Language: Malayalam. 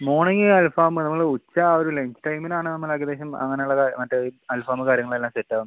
മോർണിംഗ് അൽഫാമ് നമ്മൾ ഉച്ച ആ ഒരു ലഞ്ച് ടൈമിനാണ് നമ്മൾ ഏകദേശം അങ്ങനുള്ള മറ്റെ അൽഫാമ് കാര്യങ്ങൾ എല്ലാം സെറ്റ് ആകുന്നുള്ളൂ